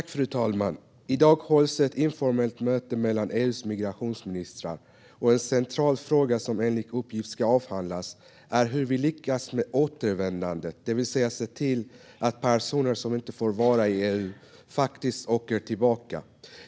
Fru talman! I dag hålls ett informellt möte mellan EU:s migrationsministrar. En central fråga som enligt uppgift ska avhandlas är hur vi lyckas med återvändandet, det vill säga att se till att personer som inte får vara i EU faktiskt åker tillbaka.